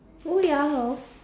oh ya hor